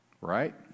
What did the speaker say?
right